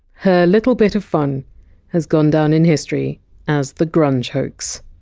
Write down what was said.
her little bit of fun has gone down in history as the grunge hoax.